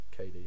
KD